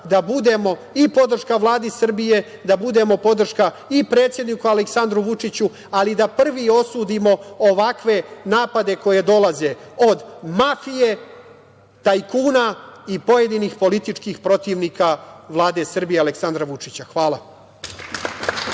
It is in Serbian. da budemo i podrška Vladi Srbije, da budemo podrška i predsedniku Aleksandru Vučića, ali i da prvi osudimo ovakve napade koji dolaze od mafije, tajkuna i pojedinih političkih protivnika Vlade Srbije i Aleksandra Vučića. Hvala.